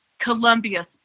Columbia